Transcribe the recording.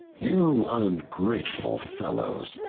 you ungrateful fellows!